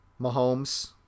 Mahomes